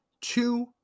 two